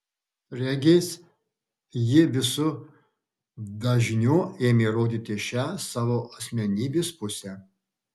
regis ji visu dažniu ėmė rodyti šią savo asmenybės pusę